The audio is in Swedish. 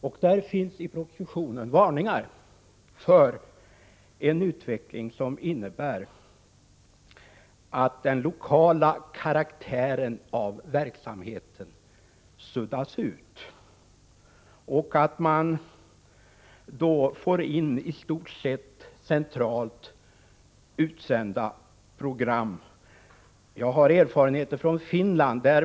I propositionen finns varningar för en utveckling som innebär att verksamhetens lokala karaktär suddas ut och att man får in i stort sett centralt utsända program. Jag kan åberopa erfarenheter från Finland.